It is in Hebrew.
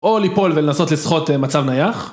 או ליפול ולנסות לסחוט מצב נייח